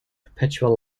perpetual